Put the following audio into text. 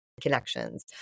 connections